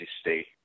State